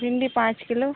भिंडी पाँच किलो